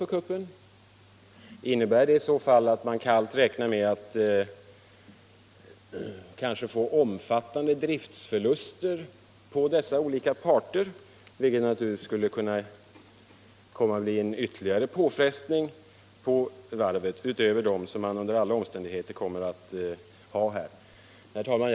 Innebär = nen vid Uddevalladet i så fall att man kallt räknar med att kanske få omfattande drifts — varvet förluster på dessa olika parter, vilket naturligtvis skulle kunna bli en ytterligare påfrestning på varvet utöver dem som man under alla omständigheter kommer att utsättas för? Herr talman!